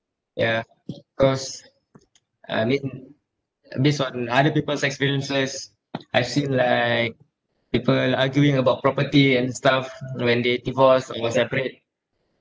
ya cause I mean based on other people's experiences I've seen like people arguing about property and stuff when they divorce or separate